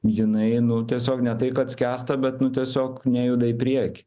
jinai nu tiesiog ne tai kad skęsta bet nu tiesiog nejuda į priekį